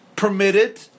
permitted